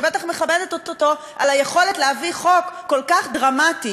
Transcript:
ובטח מכבדת אותו על היכולת להביא חוק כל כך דרמטי,